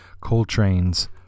Coltrane's